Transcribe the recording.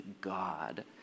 God